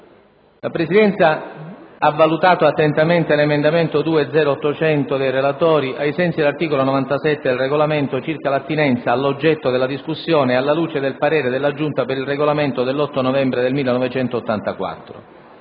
La Presidenza ha valutato attentamente l'emendamento 2.0.800 dei relatori ai sensi dell'articolo 97 del Regolamento circa l'attinenza all'oggetto della discussione e alla luce del parere della Giunta per il Regolamento dell'8 novembre 1984.